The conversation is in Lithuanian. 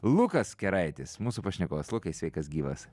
lukas keraitis mūsų pašnekovas lukai sveikas gyvas